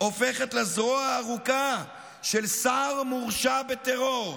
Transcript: הופכת לזרוע הארוכה של שר מורשע בטרור?